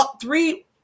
three